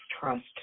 trust